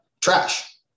trash